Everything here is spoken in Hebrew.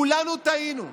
כולנו טעינו,